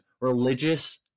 religious